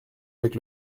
avec